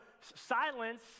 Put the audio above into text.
silence